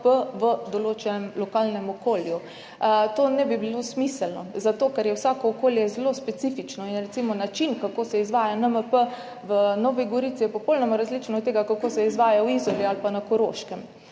v določenem lokalnem okolju. To ne bi bilo smiselno, zato ker je vsako okolje zelo specifično, recimo način, kako se izvaja NMP v Novi Gorici, je popolnoma različen od tega, kako se izvaja v Izoli ali pa na Koroškem.